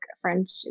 French